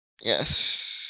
Yes